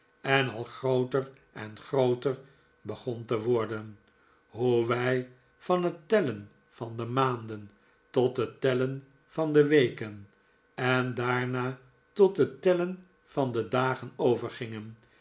en al grooter en grooter begon te worden hoe wij van het tellen van de maanden tot het tellen van de weken en daarna tot het tellen van de dagen